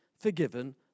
forgiven